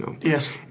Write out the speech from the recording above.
Yes